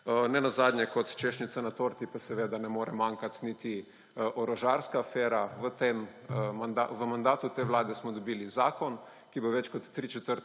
nenazadnje kot češnjica na torti pa seveda ne more manjkati niti orožarska afera. V mandatu te vlade smo dobili zakon, ki bo več kot tri